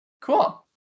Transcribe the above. Cool